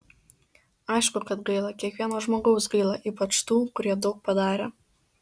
aišku kad gaila kiekvieno žmogaus gaila ypač tų kurie daug padarė